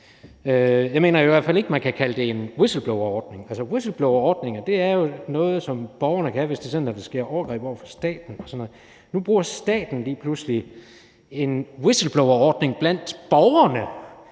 Jeg mener i hvert fald ikke, at man kan kalde det en whistleblowerordning. Whistleblowerordninger er noget, som borgerne kan bruge, hvis der sker overgreb i forbindelse med staten og sådan noget, men nu bruger staten lige pludselig en whistleblowerordning blandt borgerne,